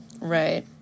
Right